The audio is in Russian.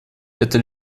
это